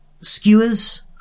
skewers